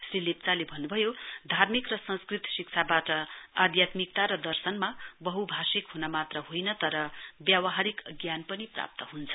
श्री लेप्वाले भन्नुभयो धार्मिक र संस्कृत शिक्षाबाट आध्यात्मिकता र दर्शनमा वहुभाषिक हुन मात्र होइन तर व्यावहारिक ज्ञान पनि प्राप्त हुन्छ